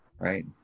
right